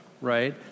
right